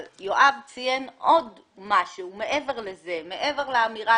אבל יואב ציין עוד משהו, מעבר לזה, מעבר לאמירה